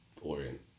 Orient